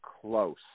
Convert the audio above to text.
close